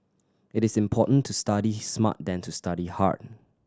it is important to study smart than to study hard